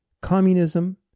Communism